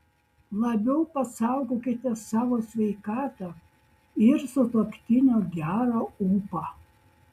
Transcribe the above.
labiau pasaugokite savo sveikatą ir sutuoktinio gerą ūpą